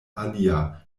alia